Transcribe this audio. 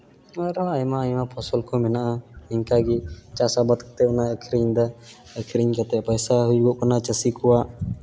ᱟᱨ ᱟᱭᱢᱟ ᱟᱭᱢᱟ ᱯᱷᱚᱥᱚᱞ ᱠᱚ ᱢᱮᱱᱟᱜᱼᱟ ᱤᱱᱠᱟᱜᱮ ᱪᱟᱥ ᱟᱵᱟᱫ ᱠᱟᱛᱮᱫ ᱚᱱᱟᱭ ᱟᱹᱠᱷᱨᱤᱧᱮᱫᱟ ᱟᱹᱠᱷᱨᱤᱧ ᱠᱟᱛᱮᱫ ᱯᱚᱭᱥᱟ ᱦᱩᱭᱩᱜ ᱠᱟᱱᱟ ᱪᱟᱹᱥᱤ ᱠᱚᱣᱟᱜ